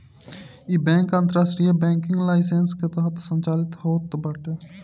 इ बैंक अंतरराष्ट्रीय banking licence के तहत संचालित होत बाटे